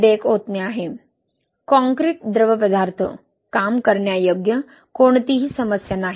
हे डेक ओतणे आहे कॉंक्रिट द्रवपदार्थ काम करण्यायोग्य कोणतीही समस्या नाही